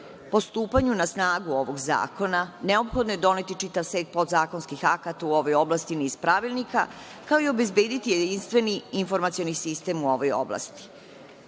Po stupanju na snagu ovog zakona neophodno je doneti čitav set podzakonskih akata u ovoj oblasti, niz pravilnika, kao i obezbediti jedinstveni informacioni sistem u ovoj oblasti.U